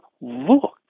look